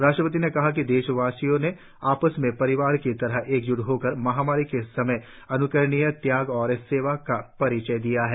राष्ट्रपति ने कहा कि देशवासियों ने आपस में परिवार की तरह एकज्ट होकर महामारी के समय अन्करणीय त्याग और सेवा का परिचय दिया है